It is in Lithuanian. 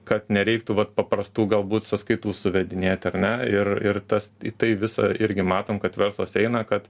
kad nereiktų vat paprastų galbūt sąskaitų suvedinėti ar ne ir ir tas tai visa irgi matom kad verslas eina kad